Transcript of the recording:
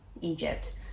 Egypt